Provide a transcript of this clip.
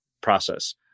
process